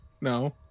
No